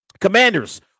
Commanders